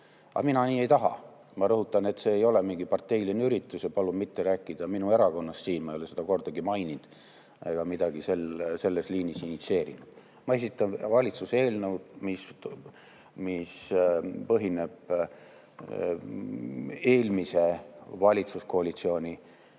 mina nii ei taha. Ma rõhutan, et see ei ole mingi parteiline üritus, ja palun mitte rääkida minu erakonnast siin, ma ei ole seda kordagi siin maininud ega midagi selles liinis initsieerinud. Ma esitan valitsuse eelnõu, mis põhineb eelmise valitsuskoalitsiooni